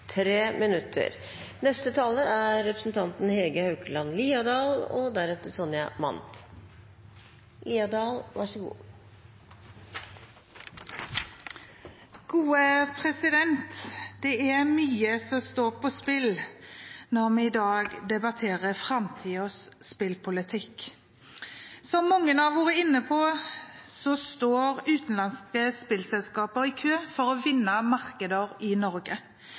Det er mye som står på spill når vi i dag debatterer framtidens spillpolitikk. Som mange har vært inne på, står utenlandske spillselskaper i kø for å vinne markeder i